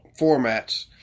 formats